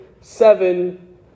seven